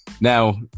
Now